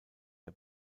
der